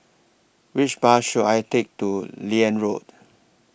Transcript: Which Bus should I Take to Liane Road